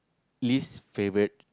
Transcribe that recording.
least favourite